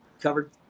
covered